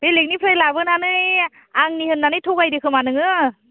बेलेगनिफ्राय लाबोनानै आंनि होननानै थगायदोंखोमा नोङो